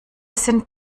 sind